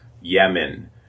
Yemen